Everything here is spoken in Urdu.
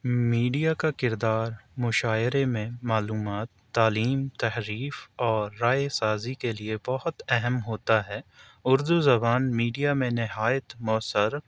میڈیا کا کردار معاشرے میں معلومات تعلیم تفریح اور رائے سازی کے لیے بہت اہم ہوتا ہے اردو زبان میڈیا میں نہایت مؤثر